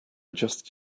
just